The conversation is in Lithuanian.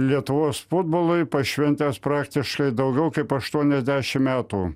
lietuvos futbolui pašventęs praktiškai daugiau kaip aštuoniasdešim metų